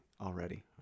already